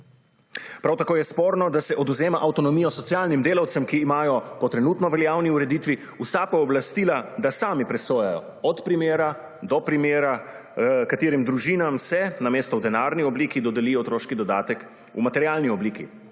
Prav tako je sporno, da se odvzema avtonomijo socialnim delavcem, ki imajo po trenutno veljavni ureditvi vsa pooblastila, da sami presojajo, od primera do primera, katerim družinam se namesto v denarni obliki dodeli otroški dodatek v materialni obliki,